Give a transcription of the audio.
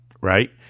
Right